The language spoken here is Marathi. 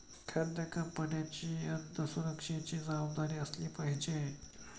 खाद्य कंपन्यांची अन्न सुरक्षेची जबाबदारी असली पाहिजे